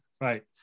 Right